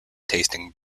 tasting